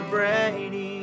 Brady